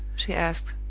she asked.